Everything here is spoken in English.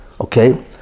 okay